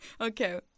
Okay